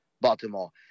Baltimore